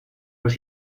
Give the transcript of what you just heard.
los